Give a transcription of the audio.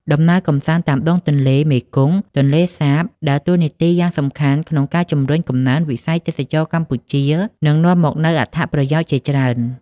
ដំណើរកម្សាន្តតាមដងទន្លេមេគង្គ-ទន្លេសាប ដើរតួនាទីយ៉ាងសំខាន់ក្នុងការជំរុញកំណើនវិស័យទេសចរណ៍កម្ពុជា និងនាំមកនូវអត្ថប្រយោជន៍ជាច្រើន។